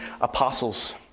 apostles